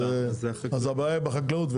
אז הבעיה היא בחקלאות.